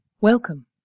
welcome